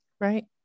Right